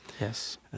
Yes